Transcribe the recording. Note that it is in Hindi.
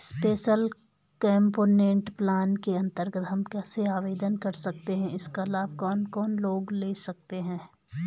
स्पेशल कम्पोनेंट प्लान के अन्तर्गत हम कैसे आवेदन कर सकते हैं इसका लाभ कौन कौन लोग ले सकते हैं?